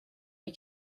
les